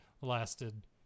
lasted